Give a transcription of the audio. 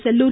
Sellur